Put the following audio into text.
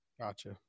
Gotcha